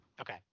Okay